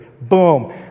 Boom